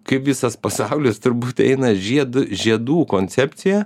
kaip visas pasaulis turbūt eina žiedu žiedų koncepcija